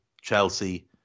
Chelsea